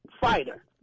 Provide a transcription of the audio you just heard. fighter